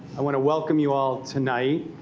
i want to welcome you all tonight.